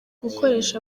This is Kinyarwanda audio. gukoresha